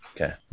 Okay